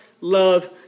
love